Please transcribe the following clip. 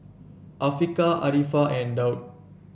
Afiqah Arifa and Daud